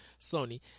Sony